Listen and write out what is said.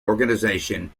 organization